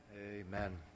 Amen